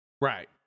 Right